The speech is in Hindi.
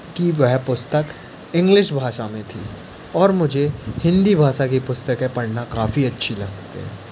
कि वह पुस्तक इंग्लिश भाषा में थी और मुझे हिंदी भाषा की पुस्तकें पढ़ना काफ़ी अच्छी लगती है